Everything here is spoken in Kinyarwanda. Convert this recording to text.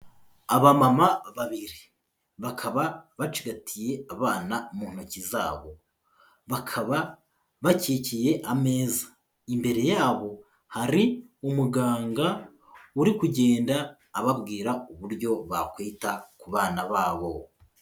Abamama babiri bakaba bacigatiye abana mu ntoki zabo, bakaba bakikiye ameza, imbere yabo hari umuganga uri kugenda ababwira uburyo bakwita ku bana babo.